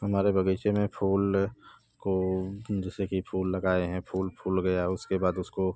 हमारे बग़ीचे में फूल को जैसे कि फूल लगाए हैं फूल फूल गया है उसके बाद उसको